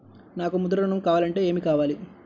నాకు ముద్ర ఋణం కావాలంటే ఏమి కావాలి?